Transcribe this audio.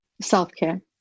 Self-care